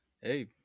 Hey